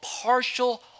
partial